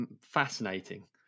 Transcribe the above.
Fascinating